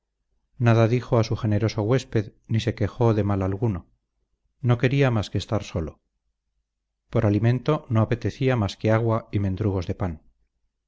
nada dijo a su generoso huésped ni se quejó de mal alguno no quería más que estar solo por alimento no apetecía más que agua y mendrugos de pan